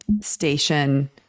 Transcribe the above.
station